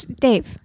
Dave